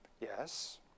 Yes